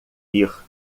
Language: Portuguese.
vir